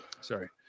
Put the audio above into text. sorry